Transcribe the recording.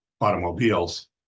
automobiles